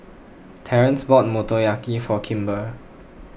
Terrence bought Motoyaki for Kimber